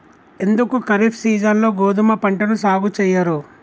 ఎందుకు ఖరీఫ్ సీజన్లో గోధుమ పంటను సాగు చెయ్యరు?